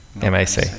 M-A-C